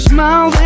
Smile